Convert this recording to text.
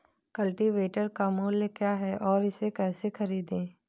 Cultivator का मूल्य क्या है और इसे कैसे खरीदें?